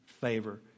favor